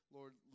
Lord